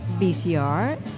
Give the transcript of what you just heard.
BCR